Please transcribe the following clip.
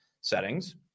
settings